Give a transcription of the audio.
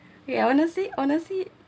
ya honestly honestly